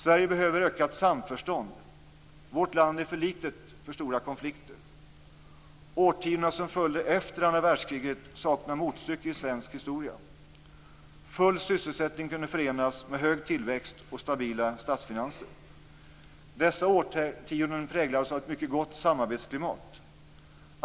Sverige behöver ökat samförstånd. Vårt land är för litet för stora konflikter. Årtiondena som följde efter andra världskriget saknar motstycke i svensk historia. Full sysselsättning kunde förenas med hög tillväxt och stabila statsfinanser. Dessa årtionden präglades av ett mycket gott samarbetsklimat.